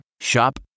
Shop